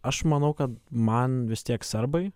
aš manau kad man vis tiek serbai